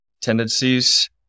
tendencies